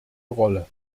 rolle